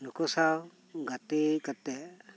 ᱱᱩᱠᱩ ᱥᱟᱶ ᱜᱟᱛᱮ ᱠᱟᱛᱮᱜ